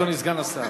אדוני סגן השר,